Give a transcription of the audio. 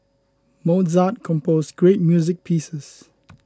Mozart composed great music pieces